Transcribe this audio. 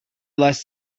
less